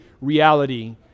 reality